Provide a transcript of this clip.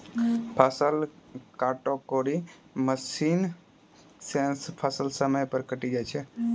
फसल काटै केरो मसीन सें फसल समय पर कटी जाय छै